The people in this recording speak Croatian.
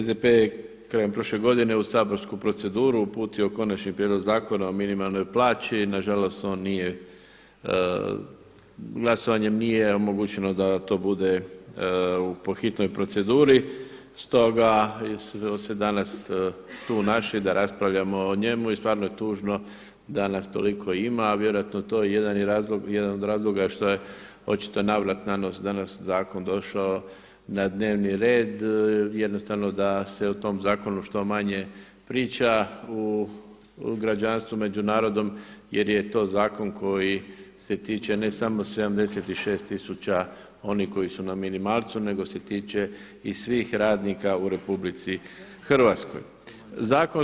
SDP je krajem prošle godine u saborsku proceduru uputio Konačni prijedlog zakona o minimalnoj plaći, na žalost on nije glasovanjem nije omogućeno da to bude po hitnoj proceduri stoga smo se tu danas našli da raspravljamo o njemu i stvarno je tužno da nas toliko ima, a vjerojatno je i to jedan od razloga što je očito na vrat na nos zakon danas došao na dnevni red, jednostavno da se o tom zakonu što manje priča u građanstvu, među narodom jer je to zakon koji se tiče ne samo 76.000 onih koji su na minimalcu nego se tiče i svih radnika u Republici Hrvatskoj.